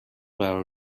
قرار